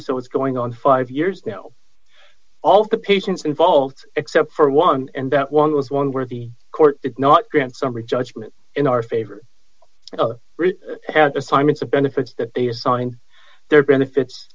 it's going on five years now all of the patients involved except for one and that one was one where the court did not grant summary judgment in our favor at this time it's a benefits that they assign their benefits